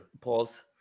Pause